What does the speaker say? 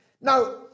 Now